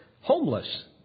homeless